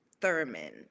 Thurman